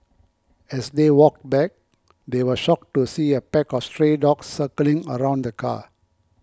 as they walked back they were shocked to see a pack of stray dogs circling around the car